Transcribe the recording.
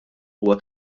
huwa